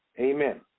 Amen